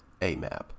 AMAP